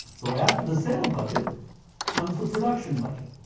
so after the sales budget comes the production budget.